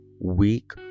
weak